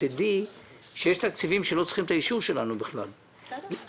תדעי שיש תקציבים שלא צריכים את האישור שלנו בכלל - למשל,